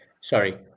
sorry